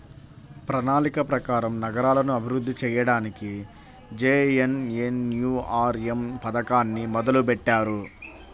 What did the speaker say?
ప్రణాళిక ప్రకారం నగరాలను అభివృద్ధి చెయ్యడానికి జేఎన్ఎన్యూఆర్ఎమ్ పథకాన్ని మొదలుబెట్టారు